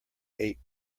eight